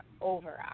over